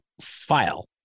file